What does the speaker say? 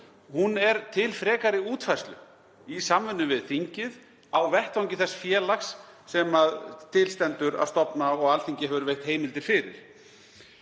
Hún er til frekari útfærslu í samvinnu við þingið á vettvangi þess félags sem til stendur að stofna og Alþingi hefur veitt heimildir fyrir.